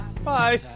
Bye